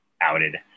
outed